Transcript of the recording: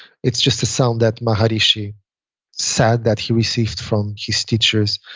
it's just a sound that maharishi said that he received from his teachers.